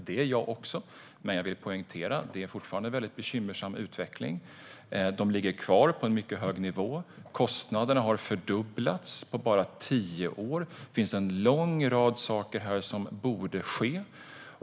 Det är jag också. Men jag vill poängtera: Det är fortfarande en väldigt bekymmersam utveckling. Sjukskrivningarna ligger kvar på en mycket hög nivå. Kostnaderna har fördubblats på bara tio år. Det finns en lång rad saker som borde ske.